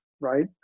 right